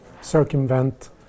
circumvent